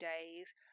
days